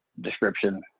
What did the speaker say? description